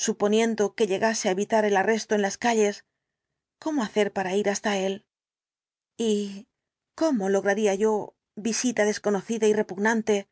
suponiendo que llegase á evitar el arresto en las calles cómo hacer para ir hasta él y cómo lograría yo visita el dr jekyll desconocida y repugnante